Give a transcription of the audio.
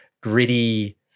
gritty